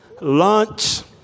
Lunch